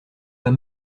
pas